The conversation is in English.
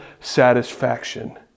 satisfaction